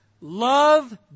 love